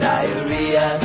Diarrhea